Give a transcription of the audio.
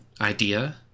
idea